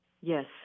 yes